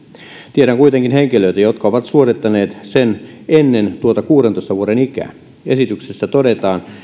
tiedän kuitenkin henkilöitä jotka ovat suorittaneet sen ennen tuota kuudentoista vuoden ikää esityksessä todetaan